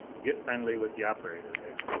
get friendly with the operator there.